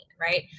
right